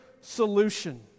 solution